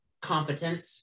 Competent